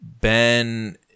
Ben